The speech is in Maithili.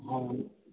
हँ